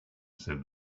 said